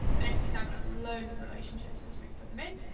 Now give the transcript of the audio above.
and this is now gonna have loads of relationships because we've put them in.